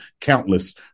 countless